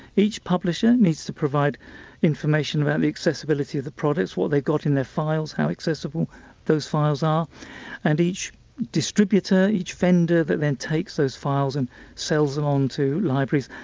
each publisher needs to provide information about the accessibility of the products, what they've got in their files, how accessible those files are and each distributor, each vendor, that then takes those files and sells them on to libraries,